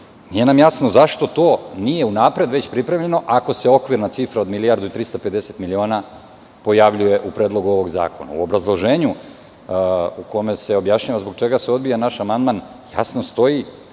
nam jasno zašto to nije unapred već pripremljeno, ako se okvirna cifra od 1.350.000.000 pojavljuje u Predlogu ovog zakona. U obrazloženju, u kome se objašnjava zbog čega se odbija naš amandman, jasno stoji